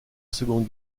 seconde